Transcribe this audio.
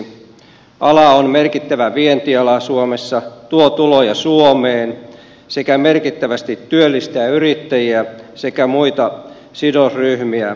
ala on merkittävä vientiala suomessa tuo tuloja suomeen sekä merkittävästi työllistää yrittäjiä sekä muita sidosryhmiä